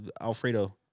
Alfredo